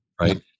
right